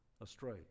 astray